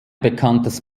bekanntes